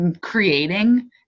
creating